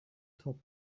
top